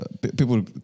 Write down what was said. people